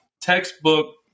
textbook